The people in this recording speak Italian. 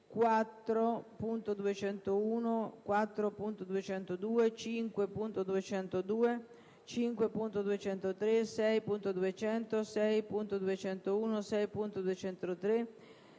4.201, 4.202, 5.202, 5.203, 6.200, 6.201, 6.203,